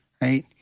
Right